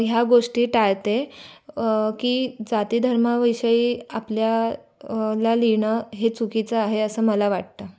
ह्या गोष्टी टाळते की जाती धर्माविषयी आपल्या ला लिहिणं हे चुकीचं आहे असं मला वाटतं